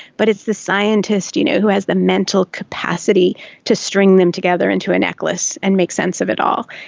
but it's the scientist you know who has the mental capacity to string them together into a necklace and make sense of it all.